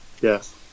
yes